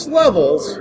levels